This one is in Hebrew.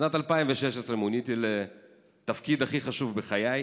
בשנת 2016 מוניתי לתפקיד הכי חשוב בחיי: